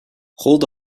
hold